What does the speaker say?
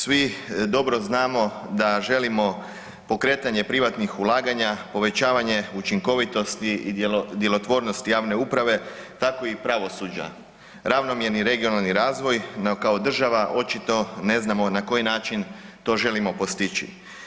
Svi dobro znamo da želimo pokretanje privatnih ulaganja, povećavanje učinkovitosti i djelotvornosti javne uprave tako i pravosuđa, ravnomjerni regionalni razvoj no kao država očito ne znamo na koji način to želimo postići.